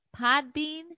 Podbean